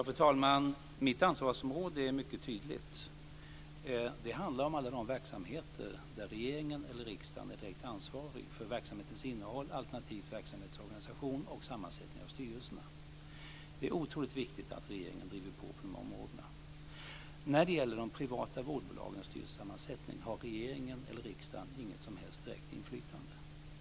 Fru talman! Mitt ansvarsområde är mycket tydligt. Det handlar om alla de verksamheter där regeringen eller riksdagen är direkt ansvarig för verksamhetens innehåll alternativt verksamhetens organisation och sammansättning av styrelserna. Det är otroligt viktigt att regeringen driver på dessa områden. När det gäller de privata vårdbolagens styrelsesammansättning har regeringen eller riksdagen inget som helst direkt inflytande.